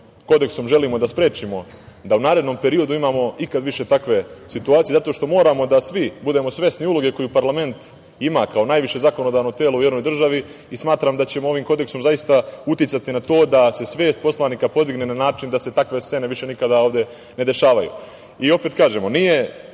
kodeksom želimo da sprečimo da u narednom periodu imamo ikad više takve situacije, zato što moramo da svi budemo svesni uloge koju parlament ima kao najviše zakonodavno telo u jednoj državi i smatram da ćemo ovim kodeksom zaista uticati na to da se svest poslanika podigne na način da se takve scene više nikada ovde ne dešavaju. Opet kažemo, nije